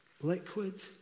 liquid